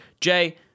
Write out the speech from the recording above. Jay